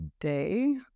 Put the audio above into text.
day